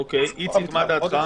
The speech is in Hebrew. איציק, מה דעתך?